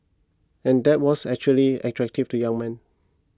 and that was actually attractive to young men